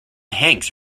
hanks